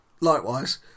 Likewise